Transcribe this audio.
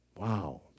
Wow